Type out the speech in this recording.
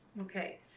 Okay